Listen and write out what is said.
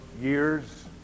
years